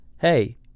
Hey